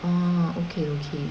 orh okay okay